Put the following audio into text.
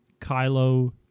Kylo